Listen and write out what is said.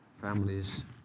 families